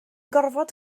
gorfod